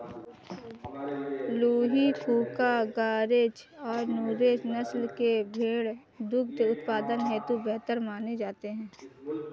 लूही, कूका, गरेज और नुरेज नस्ल के भेंड़ दुग्ध उत्पादन हेतु बेहतर माने जाते हैं